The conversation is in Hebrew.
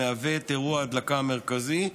שהוא אירוע ההדלקה המרכזי,